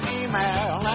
email